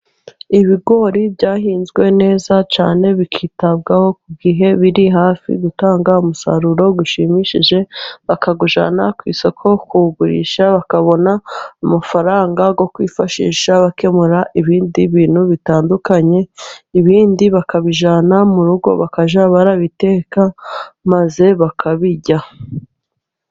Ibigori byahinzwe neza cyane bikitabwaho ku gihe, biri hafi gutanga umusaruro ushimishije, bakawujyana ku isoko kuwugurisha, bakabona amafaranga yo kwifashisha bakemura ibindi bintu bitandukanye. Ibindi bakabijyana mu rugo bakajya babiteka maze bakabirya.